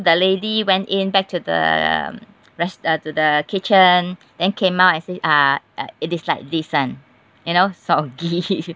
the lady went in back to the rest~ uh to the kitchen then came out and say uh uh it is like this one you know sort of !ee!